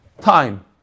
time